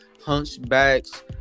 hunchbacks